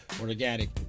organic